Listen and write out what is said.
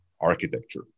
architecture